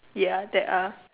ya that are